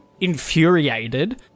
infuriated